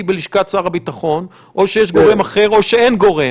בלשכת שר הביטחון או שיש גורם אחר או שאין גורם.